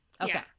Okay